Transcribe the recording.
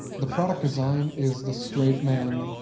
the product design is the straight man